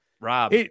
Rob